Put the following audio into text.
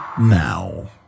now